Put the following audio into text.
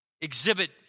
exhibit